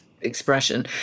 expression